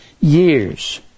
years